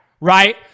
right